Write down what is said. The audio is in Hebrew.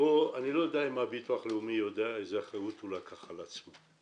אם הביטוח הלאומי יודע איזה אחריות הוא לקח על עצמו פה.